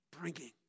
bringing